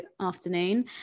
afternoon